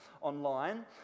online